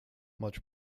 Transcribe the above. much